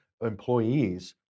employees